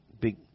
big